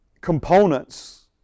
components